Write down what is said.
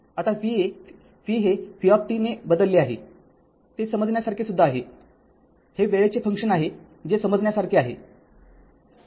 आता v हे v ने बदलले आहे ते समजण्यासारखे सुद्धा आहे हे वेळेचे फंक्शन आहे जे समजण्यासारखे आहे